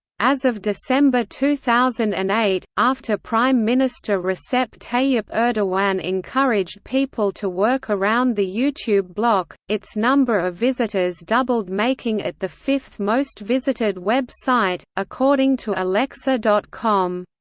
as of december two thousand and eight, after prime minister recep tayyip erdogan encouraged people to work around the youtube block, its number of visitors doubled making it the fifth-most visited web site, according to alexa com.